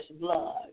blood